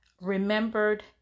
remembered